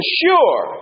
sure